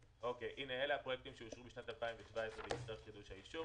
אלה הפרויקטים שאושרו בשנת 2017 ונצטרך את חידוש האישור.